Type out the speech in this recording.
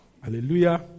Hallelujah